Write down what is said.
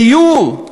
דיור,